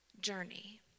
journey